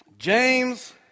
James